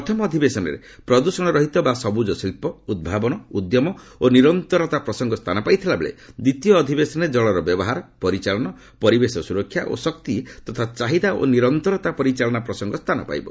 ପ୍ରଥମ ଅଧିବେଶନରେ ପ୍ରଦ୍ଷଣ ରହିତ ବା ସବୁଜ ଶିଳ୍ପ ଉଦ୍ାବନ ଉଦ୍ୟମ ଓ ନିରନ୍ତରତା ପ୍ ସଙ୍ଗ ସ୍ଥାନ ପାଇଥିଲାବେଳେ ଦ୍ୱିତୀୟ ଅଧିବେଶନରେ ଜଳର ବ୍ୟବହାର ପରିଚାଳନା ପରିବେଶ ସୁରକ୍ଷା ଓ ଶକ୍ତି ତଥା ଚାହିଦା ଓ ନିରନ୍ତରତା ପରିଚାଳନା ପ୍ରସଙ୍ଗ ସ୍ଥାନ ପାଇବ